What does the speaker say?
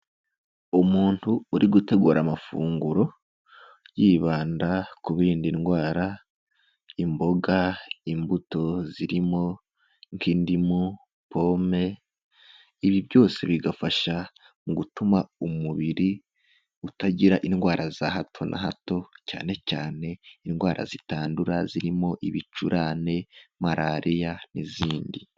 Umuntu uri gutegura amafunguro, yibanda ku birinda indwara, imboga, imbuto zirimo nk'indimu, pome, ibi byose bigafasha mu gutuma umubiri, utagira indwara za hato na hato, cyane cyane indwara zitandura, zirimo ibicurane, malariya, n'izindi.